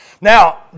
Now